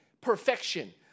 Perfection